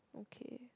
okay